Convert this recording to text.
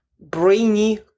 brainy